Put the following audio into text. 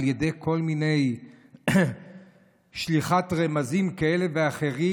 על ידי כל מיני שליחת רמזים כאלה ואחרים.